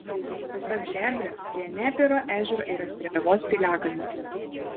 pasak žebrio prie nepėro ežero yra strėvos piliakalnis